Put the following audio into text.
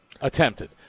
attempted